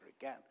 again